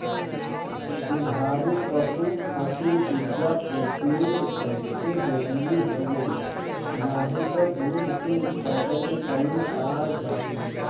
दुधारू पशु खातिर उर्जा, प्रोटीन बहुते जरुरी हवे नाही त दूध के उत्पादन में कमी आ जाई